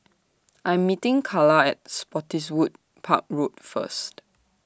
I Am meeting Kala At Spottiswoode Park Road First